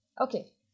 okay